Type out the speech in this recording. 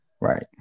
Right